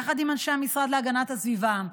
יחד עם אנשי המשרד להגנת הסביבה,